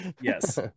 Yes